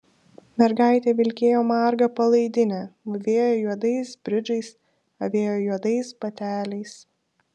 mergaitė vilkėjo marga palaidine mūvėjo juodais bridžais avėjo juodais bateliais